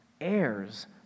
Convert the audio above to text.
heirs